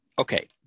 Okay